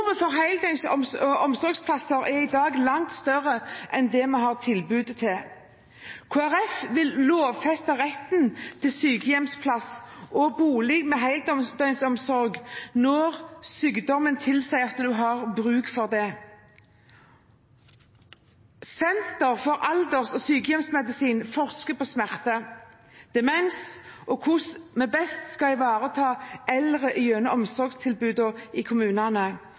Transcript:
debatten. Behovet for heldøgns omsorgsplasser er i dag langt større enn hva vi har et tilbud om. Kristelig Folkeparti vil lovfeste retten til sykehjemsplass og bolig med heldøgns omsorg når sykdommen tilsier at man har bruk for det. Senter for alders- og sykehjemsmedisin forsker på smerte, demens og hvordan vi best kan ivareta eldre gjennom omsorgstilbudene i